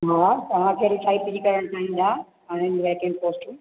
हा तव्हां कहिड़ी टाइप जी करणु चाहींदा आहिनि वेकेंट पोस्टूं